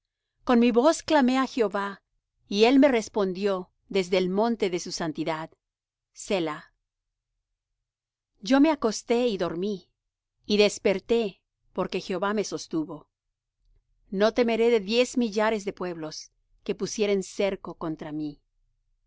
con mi voz clamé á jehová y él me respondió desde el monte de su santidad selah yo me acosté y dormí y desperté porque jehová me sostuvo no temeré de diez millares de pueblos que pusieren cerco contra mí